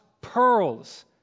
pearls